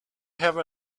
have